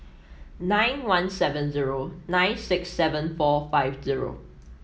nine one seven zero nine six seven four five zero